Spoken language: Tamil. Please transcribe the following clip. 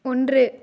ஒன்று